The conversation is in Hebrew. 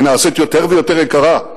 היא נעשית יותר ויותר יקרה,